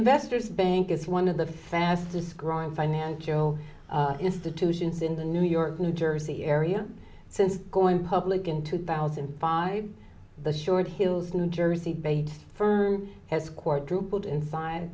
investors bank is one of the fastest growing financial institutions in the new york new jersey area and since going public in two thousand and five the short hills new jersey bait firm has quadrupled in